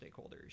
stakeholders